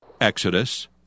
Exodus